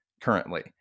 currently